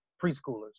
preschoolers